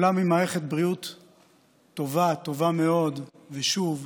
עולם עם מערכת בריאות טובה, טובה מאוד, ושוב,